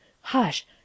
Hush